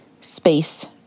space